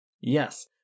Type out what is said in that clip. Yes